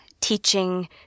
teaching